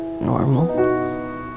normal